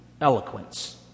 eloquence